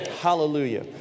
Hallelujah